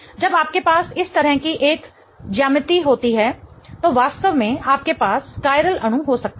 जब आपके पास इस तरह की एक ज्यामिति होती है तो वास्तव में आपके पास कायरल अणु हो सकते हैं